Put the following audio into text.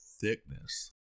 thickness